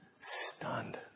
Stunned